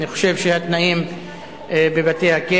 אני חושב שהתנאים בבתי-הכלא,